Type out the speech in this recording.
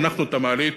וחנכנו את המעלית